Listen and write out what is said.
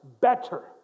better